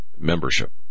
membership